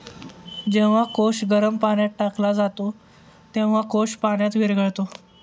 जेव्हा कोश गरम पाण्यात टाकला जातो, तेव्हा कोश पाण्यात विरघळतो